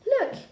Look